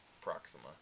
Proxima